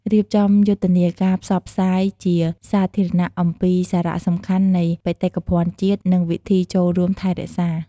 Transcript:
រៀបចំយុទ្ធនាការផ្សព្វផ្សាយជាសាធារណៈអំពីសារៈសំខាន់នៃបេតិកភណ្ឌជាតិ និងវិធីចូលរួមថែរក្សា។